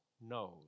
knows